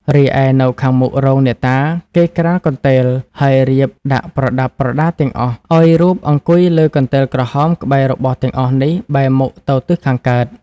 រីឯនៅខាងមុខរោងអ្នកតា គេក្រាលកន្ទេល ហើយរៀបដាក់ប្រដាប់ប្រដាទាំងអស់ ឲ្យរូបអង្គុយលើកន្ទេលក្រហមក្បែររបស់ទាំងអស់នេះ បែរមុខទៅទិសខាងកើត ។